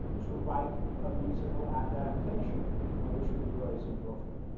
to write a musical adaptation of a tree grows in brooklyn.